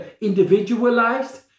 individualized